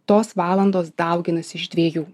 tos valandos dauginasi iš dviejų